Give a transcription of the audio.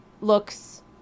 looks